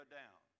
down